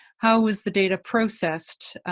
how was the data processed?